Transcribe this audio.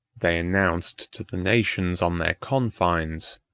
they announced to the nations on their confines,